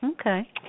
Okay